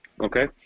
Okay